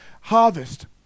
harvest